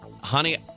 Honey